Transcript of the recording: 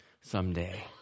someday